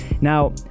now